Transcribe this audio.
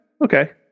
Okay